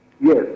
Yes